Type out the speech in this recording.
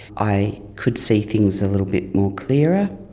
i could see things a little bit more clearer.